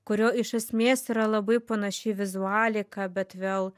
kurio iš esmės yra labai panaši vizualika bet vėl